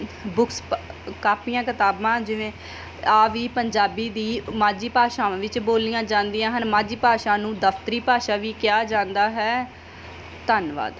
books ਕਾਪੀਆਂ ਕਿਤਾਬਾਂ ਜਿਵੇਂ ਆਹ ਵੀ ਪੰਜਾਬੀ ਦੀ ਮਾਝੀ ਭਾਸ਼ਾਵਾਂ ਵਿੱਚ ਬੋਲੀਆਂ ਜਾਂਦੀਆਂ ਹਨ ਮਾਝੀ ਭਾਸ਼ਾ ਨੂੰ ਦਫਤਰੀ ਭਾਸ਼ਾ ਵੀ ਕਿਹਾ ਜਾਂਦਾ ਹੈ ਧੰਨਵਾਦ